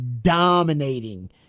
dominating